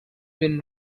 been